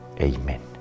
Amen